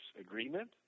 agreement